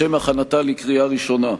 לשם הכנתה לקריאה ראשונה.